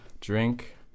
Drink